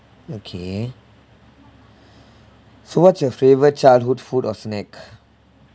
okay so what's your favourite childhood food or snack